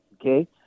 Okay